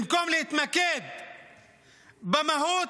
במקום להתמקד במהות,